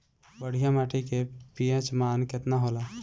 बढ़िया माटी के पी.एच मान केतना होला?